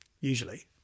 usually